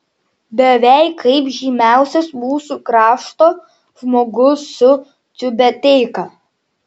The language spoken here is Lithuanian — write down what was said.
beveik kaip žymiausias mūsų krašto žmogus su tiubeteika